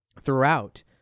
throughout